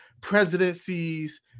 presidencies